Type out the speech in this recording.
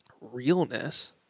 realness